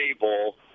table